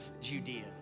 Judea